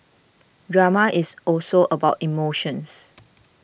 drama is also about emotions